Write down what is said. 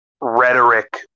rhetoric